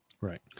Right